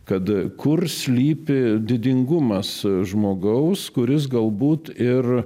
kad kur slypi didingumas žmogaus kuris galbūt ir